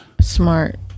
Smart